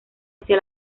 hacia